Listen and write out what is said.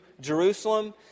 Jerusalem